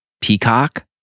Peacock